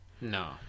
No